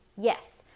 yes